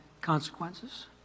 consequences